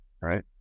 right